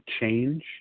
change